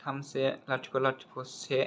थाम से लाथिख' लाथिख' से